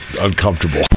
uncomfortable